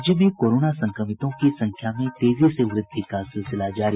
राज्य में कोरोना संक्रमितों की संख्या में तेजी से वृद्धि का सिलसिला जारी